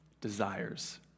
desires